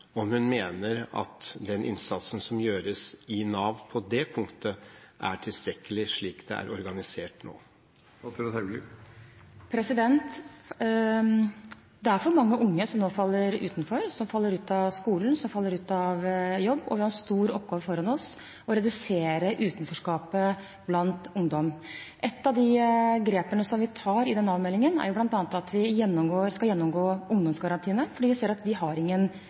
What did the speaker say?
om hun mener at den innsatsen som gjøres i Nav på det punktet, er tilstrekkelig slik det er organisert nå. Det er for mange unge som nå faller utenfor – som faller ut av skolen, som faller ut av jobb – og vi har en stor oppgave foran oss med å redusere utenforskapet blant ungdom. Ett av de grepene som vi tar i Nav-meldingen, er bl.a. å gjennomgå ungdomsgarantiene, fordi vi ser at de ikke har